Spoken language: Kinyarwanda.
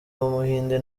w’umuhinde